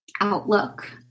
outlook